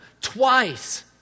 twice